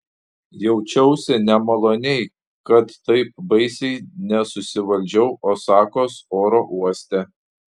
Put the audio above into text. jaučiausi nemaloniai kad taip baisiai nesusivaldžiau osakos oro uoste